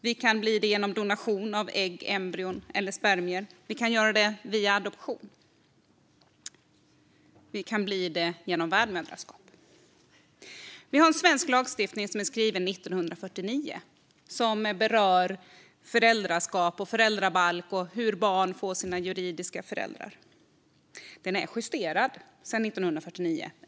Vi kan bli det genom donation av ägg, embryon eller spermier. Vi kan bli det via adoption och genom värdmoderskap. Vi har en svensk lagstiftning, föräldrabalken, som är skriven 1949 och berör föräldraskap och hur barn får sina juridiska föräldrar. Den är justerad sedan 1949.